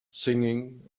singing